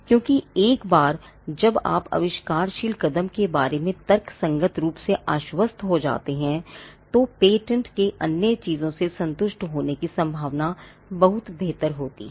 क्योंकि एक बार जब आप आविष्कारशील कदम के बारे में तर्कसंगत रूप से आश्वस्त हो जाते हैं तो पेटेंट के अन्य चीजों से संतुष्ट होने की संभावना बहुत बेहतर होती है